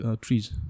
trees